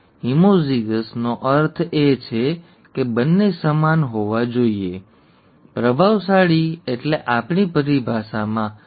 હોમોઝીગસનો અર્થ એ છે કે બંને સમાન હોવા જોઈએ પ્રભાવશાળી એટલે આપણી પરિભાષામાં બંને મૂડી હોવા જોઈએ ખરું ને